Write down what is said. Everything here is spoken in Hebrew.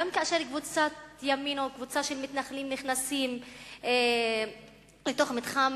גם כאשר קבוצת ימין או קבוצה של מתנחלים נכנסת לתוך מתחם